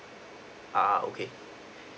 uh okay